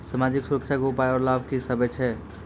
समाजिक सुरक्षा के उपाय आर लाभ की सभ छै?